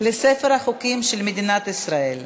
לספר החוקים של מדינת ישראל.